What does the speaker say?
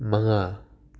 ꯃꯉꯥ